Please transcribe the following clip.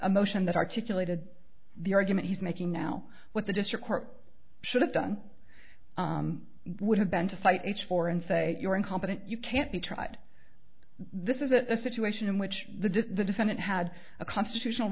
a motion that articulated the argument he's making now what the district court should have done would have been to cite each for and say you're incompetent you can't be tried this is a situation in which the just the defendant had a constitutional